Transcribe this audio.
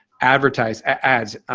advertise ads,